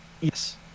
Yes